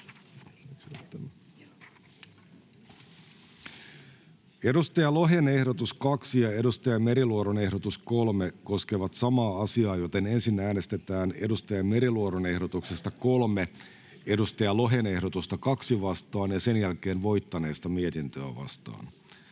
Edustaja Lohen ehdotus 2 ja edustaja Meriluodon ehdotus 3 koskevat samaa asiaa, joten ensin äänestetään edustaja Meriluodon ehdotuksesta 3 edustaja Lohen ehdotusta 2 vastaan ja sen jälkeen voittaneesta mietintöä vastaan.